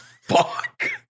Fuck